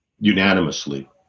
Unanimously